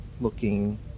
looking